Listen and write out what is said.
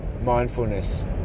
mindfulness